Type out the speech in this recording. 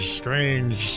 strange